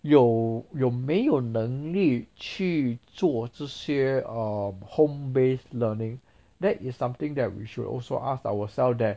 有有没有能力去做这些 um home based learning that is something that we should also ask ourselves that